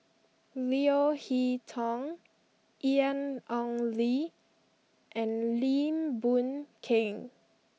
Leo Hee Tong Ian Ong Li and Lim Boon Keng